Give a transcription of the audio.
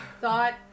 thought